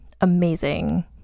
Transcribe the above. amazing